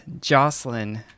Jocelyn